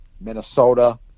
Minnesota